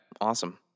awesome